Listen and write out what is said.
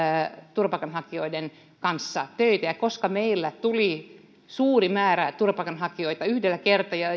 turvapaikanhakijoiden kanssa töitä koska meille tuli suuri määrä turvapaikanhakijoita yhdellä kertaa ja